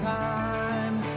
time